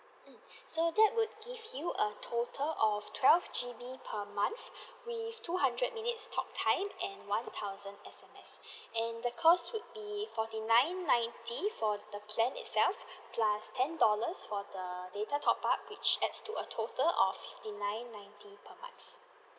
mm so that would give you a total of twelve G_B per month with two hundred minutes talk time and one thousand S_M_S and the cost would be forty nine ninety for the plan itself plus ten dollars for the data top up which adds to a total of fifty nine ninety per month